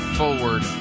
forward